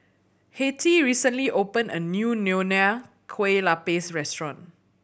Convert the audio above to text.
Hattie recently opened a new Nonya Kueh Lapis restaurant